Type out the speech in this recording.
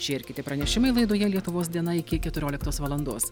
šie ir kiti pranešimai laidoje lietuvos diena iki keturioliktos valandos